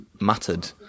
mattered